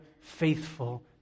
faithful